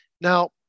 Now